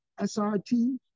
SRT